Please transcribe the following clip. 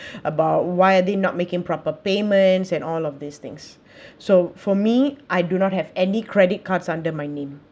about why are they not making proper payments and all of these things so for me I do not have any credit cards under my name